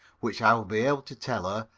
which i will be able to tell her,